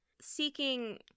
seeking